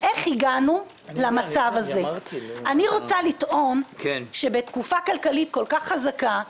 אני רוצה לטעון שבתקופה כלכלית כל כך חזקה,